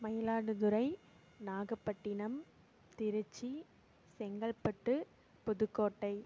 Mayiladuthurai Nagapattinam Trichy Chengalpattu Pudukkottai